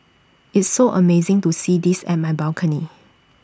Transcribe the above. it's so amazing to see this at my balcony